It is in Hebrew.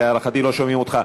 להערכתי לא שומעים אותך.